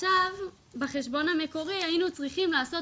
עכשיו בחשבון המקורי היינו צריכים לעשות